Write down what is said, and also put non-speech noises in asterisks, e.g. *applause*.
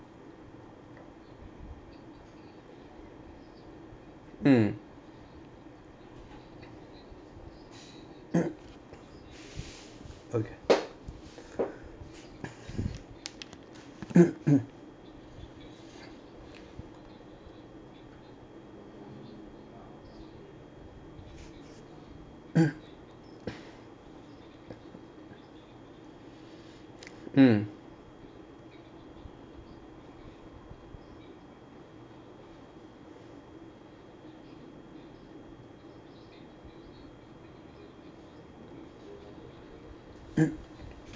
mm *coughs* okay *coughs* *coughs* mm *coughs*